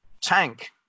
tank